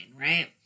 right